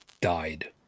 died